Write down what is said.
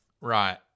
Right